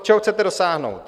Čeho chcete dosáhnout?